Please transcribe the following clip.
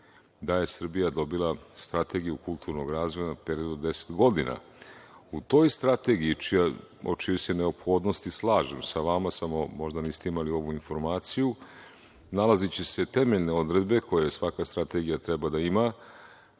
da je Srbija dobila Strategiju kulturnog razvoja na period od 10 godina.U toj strategiji, o čijoj se neophodnosti slažem sa vama, samo možda niste imali ovu informaciju, nalaziće se temeljne odredbe koje svaka strategija treba da ima.